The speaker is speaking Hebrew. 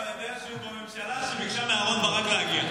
אבל אני יודע שהוא בממשלה שביקשה מאהרן ברק להגיע.